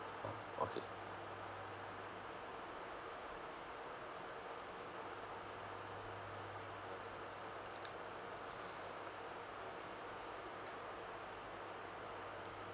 okay